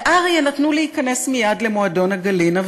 לאריה נתנו להיכנס מייד למועדון ה"גלינה",